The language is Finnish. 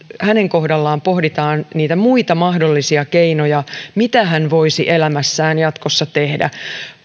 hänen kohdallaan pohditaan niitä muita mahdollisia keinoja mitä hän voisi elämässään jatkossa tehdä